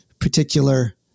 particular